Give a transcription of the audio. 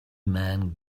men